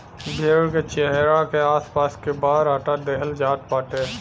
भेड़ के चेहरा के आस पास के बार हटा देहल जात बाटे